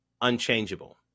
unchangeable